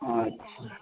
हा